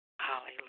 Hallelujah